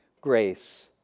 grace